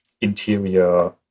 interior